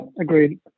Agreed